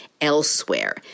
elsewhere